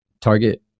Target